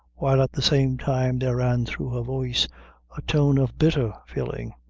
while at the same time there ran through her voice a tone of bitter feeling,